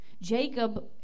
Jacob